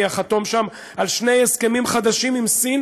אני אחתום שם על שני הסכמים חדשים עם סין,